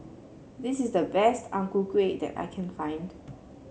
this is the best Ang Ku Kueh that I can find